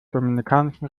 dominikanischen